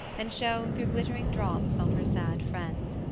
and shone through glittering drops on her sad friend.